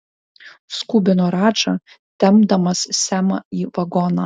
skubino radža tempdamas semą į vagoną